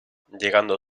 llegando